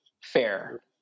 Fair